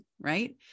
right